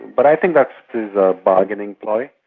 but i think that is a bargaining ploy.